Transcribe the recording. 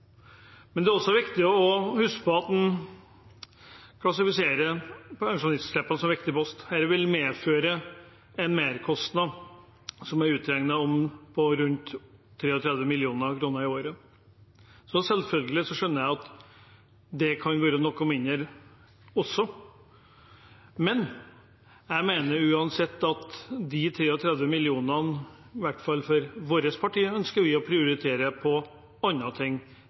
Men det er også viktig å huske på at det at en klassifiserer pensjonsslipper som viktig post her, vil medføre en merkostnad, som er beregnet til rundt 33 mill. kr i året. Selvfølgelig skjønner jeg at det også kan være noe mindre, men de 33 mill. kr ønsker i hvert fall vi i vårt parti å prioritere til andre ting